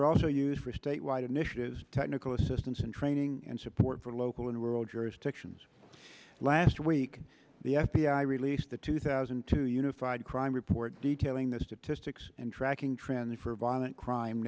are also used for state wide initiatives technical assistance and training and support for local in rural jurisdictions last week the f b i released a two thousand and two unified crime report detailing the statistics and tracking trend for violent crime